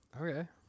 Okay